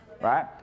right